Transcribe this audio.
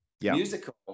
musical